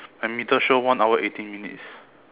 my meter show one hour eighteen minutes